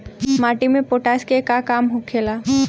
माटी में पोटाश के का काम होखेला?